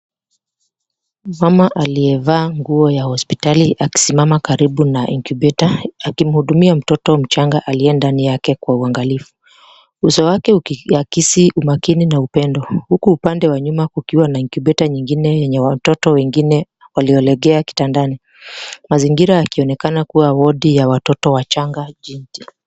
Mama aliyevaa nguo ya hospitali akisimama karibu na incubator akimhudumia mtoto mchanga aliye ndani yake kwa uangalifu. Uso wake ukiakisi umakini na upendo, huku upande wa nyuma kukiwa na incubator nyingine yenye watoto wengine waliolegea kitandani. Mazingira yakionekana kuwa wodi ya watoto wachanga.